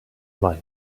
light